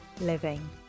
living